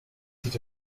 sich